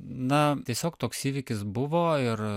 na tiesiog toks įvykis buvo ir